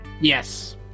Yes